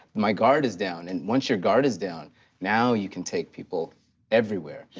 my guard is down. and once your guard is down now you can take people everywhere.